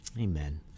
Amen